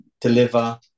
deliver